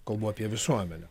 kalbu apie visuomenę